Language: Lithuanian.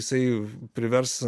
jisai privers